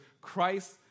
Christ